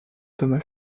thomas